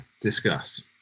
Discuss